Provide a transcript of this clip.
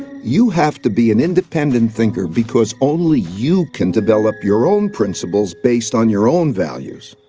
you have to be an independent thinker, because only you can develop your own principles based on your own values.